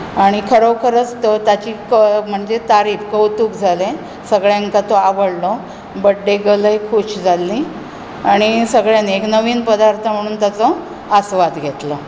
आनी खरोखरोच तर ताची तारीफ म्हणजें कवतूक जालें सगळ्यांक तो आवडलो बर्थडे गर्लूय खूश जाल्ली आनी सगळ्यांनी एक नवीन पदार्थ म्हूण ताचो आसवाद घेतलो